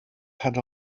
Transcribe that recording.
had